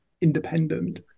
independent